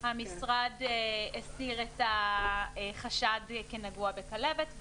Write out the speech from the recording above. המשרד הסיר את החשד כנגוע בכלבת,